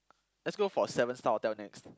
let's go for a seven star hotel next